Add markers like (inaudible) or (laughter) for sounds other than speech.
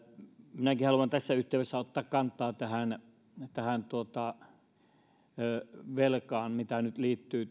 minäkin haluan tässä yhteydessä ottaa kantaa tähän tähän velkaan mikä nyt liittyy (unintelligible)